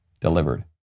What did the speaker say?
delivered